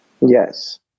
Yes